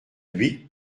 dhuicq